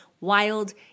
Wild